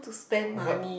what